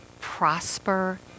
prosper